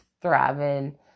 thriving